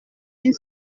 une